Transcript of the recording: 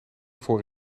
voor